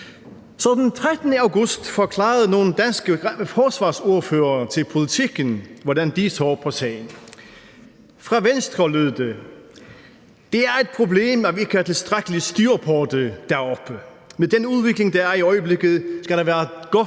Så den 13. august forklarede nogle danske forsvarsordførere til Politiken, hvordan de så på sagen. Fra Venstre lød det: Det er problem, at vi ikke har tilstrækkeligt styr på det deroppe – med den udvikling, der er i øjeblikket, skal der være et godt